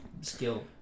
skill